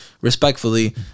Respectfully